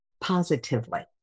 positively